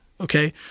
Okay